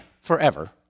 forever